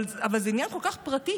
אבל זה עניין כל כך פרטי.